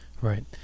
Right